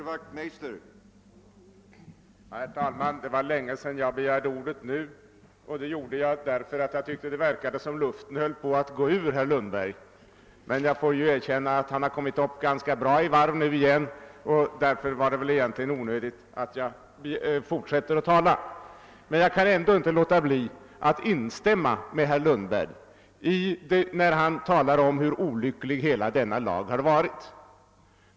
Herr talman! Det var länge sedan jag begärde ordet, och jag gjorde det då därför att jag tyckte att det verkade som om luften höll på att gå ur herr Lundberg. Jag får emellertid erkänna att han nu kommit upp ganska bra i varv igen och att det egentligen är ganska onödigt att fortsätta diskussionen. Men jag kan ändå inte låta bli att instämma med herr Lundberg, när han talar om hur olycklig hela denna lag har varit.